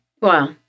Wow